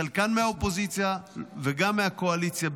חלקן מהאופוזיציה וגם מהקואליציה,